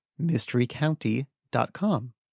mysterycounty.com